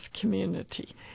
community